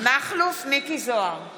תמר זנדברג, בעד ציפי